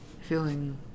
feeling